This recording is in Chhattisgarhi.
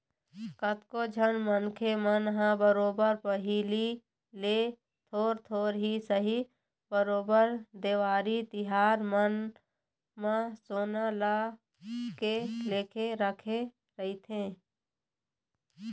कतको झन मनखे मन ह बरोबर पहिली ले थोर थोर ही सही बरोबर देवारी तिहार मन म सोना ल ले लेके रखे रहिथे